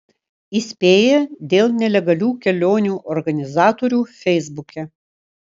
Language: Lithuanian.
įspėja dėl nelegalių kelionių organizatorių feisbuke